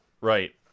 Right